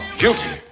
guilty